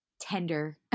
tender